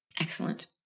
excellent